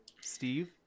Steve